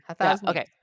Okay